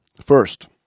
First